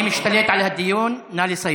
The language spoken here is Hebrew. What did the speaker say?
אני משתלט על הדיון, נא לסיים.